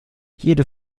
jede